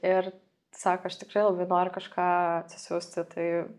ir sako aš tikrai labai noriu kažką atsisiųsti tai